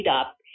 up